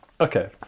Okay